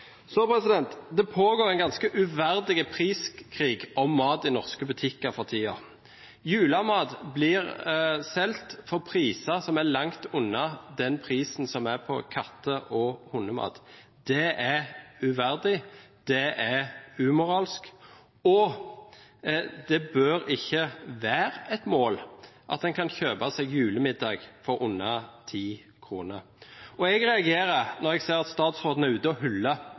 Det pågår for tiden en ganske uverdig priskrig om mat i norske butikker. Julemat blir solgt til priser som er langt under prisen på katte- og hundemat. Det er uverdig, og det er umoralsk. Det bør ikke være et mål at en kan kjøpe seg julemiddag for under ti kroner. Jeg reagerer når jeg ser at statsråden er ute og